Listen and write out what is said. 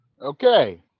Okay